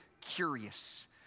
curious